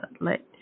let